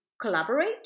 collaborate